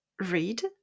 read